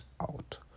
out